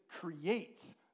creates